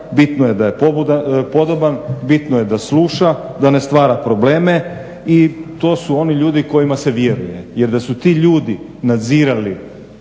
bitno je da je podoban, bitno je da sluša, da ne stvara probleme i to su oni ljudi kojima se vjeruje jer da su ti ljudi nadzirali,